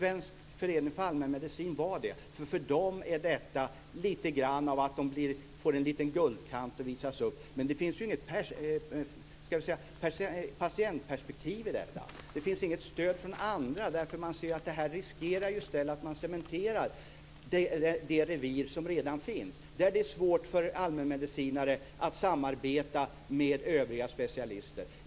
Svensk förening för allmänmedicin var positiv. För dem är detta lite grann av att få en liten guldkant och möjlighet att visas upp. Men det finns ju inget patientperspektiv här, och det finns inget stöd från andra. Man anser att detta i stället riskerar att cementera det revir som redan finns och där det är svårt för allmänmedicinare att samarbeta med övriga specialister.